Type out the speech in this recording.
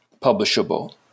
publishable